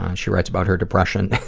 um she writes about her depression,